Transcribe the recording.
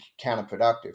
counterproductive